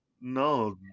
no